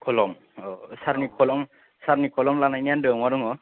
सारनि कलम लानायनि आन्दोआव मा दङ